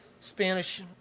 Spanish